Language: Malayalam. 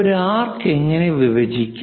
ഒരു ആർക്ക് എങ്ങനെ വിഭജിക്കാം